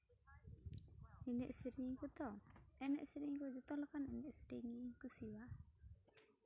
ᱮᱱᱮᱡ ᱥᱮᱨᱮᱧ ᱠᱚᱛᱚ ᱮᱱᱮᱡ ᱥᱮᱨᱮᱧ ᱠᱚᱫᱚ ᱡᱚᱛᱚ ᱞᱮᱠᱟᱱᱟᱜ ᱥᱴᱟᱭᱤᱞ ᱜᱤᱧ ᱠᱩᱥᱤᱭᱟᱜᱼᱟ